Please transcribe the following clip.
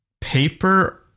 paper